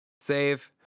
save